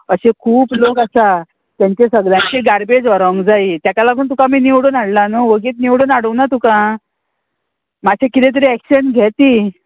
अशे खूब लोक आसा तेंचे सगळ्यांचे गार्बेज व्हरोंक जाय तेका लागून तुका आमी निवडून हाडला न्हू वगीच निवडून हाडूंक ना तुका मात्शें कितें तरी एक्शेन घे ती